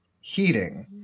heating